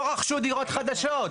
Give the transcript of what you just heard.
לא רכשו דירות חדשות.